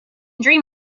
dream